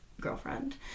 girlfriend